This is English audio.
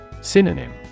Synonym